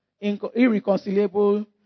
irreconcilable